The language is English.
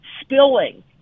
spilling